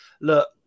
look